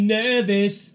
nervous